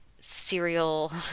serial